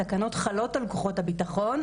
התקנות חלות על כוחות הביטחון,